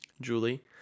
Julie